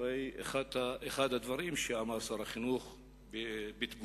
הרי אחד הדברים שאמר שר החינוך בתגובה,